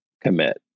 commit